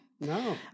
No